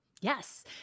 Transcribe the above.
Yes